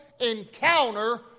encounter